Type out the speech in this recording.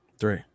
Three